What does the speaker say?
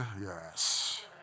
yes